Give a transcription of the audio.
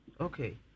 Okay